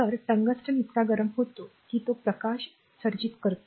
तर टंगस्टन इतका गरम होतो की तो प्रकाश उत्सर्जित करतो